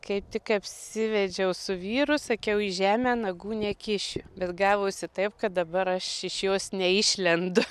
kai tik apsivedžiau su vyru sakiau į žemę nagų nekišiu bet gavosi taip kad dabar aš iš jos neišlendu